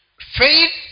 Faith